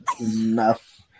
Enough